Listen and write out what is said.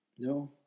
No